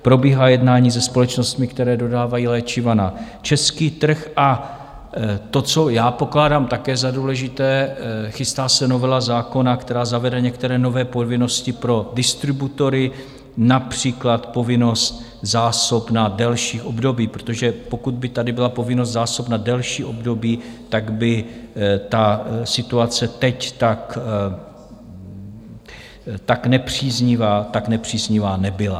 Probíhají jednání se společnostmi, které dodávají léčiva na český trh, a to, co já pokládám také za důležité, chystá se novela zákona, která zavede některé nové povinnosti pro distributory, například povinnost zásob na delší období, protože pokud by tady byla povinnost zásob na delší období, tak by ta situace teď tak nepříznivá nebyla.